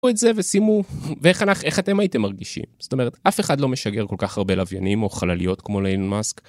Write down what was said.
או את זה ושימו, ואיך אתם הייתם מרגישים. זאת אומרת, אף אחד לא משגר כל כך הרבה לוויינים או חלליות כמו אילן מאסק.